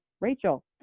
Rachel